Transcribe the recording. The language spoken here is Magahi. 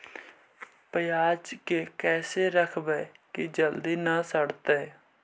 पयाज के कैसे रखबै कि जल्दी न सड़तै?